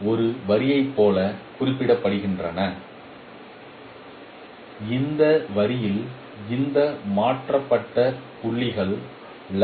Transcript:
இவை ஒரு வரியைப் போல குறிக்கின்றன இந்த வரியில் இந்த மாற்றப்பட்ட புள்ளிகள் லை